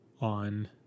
on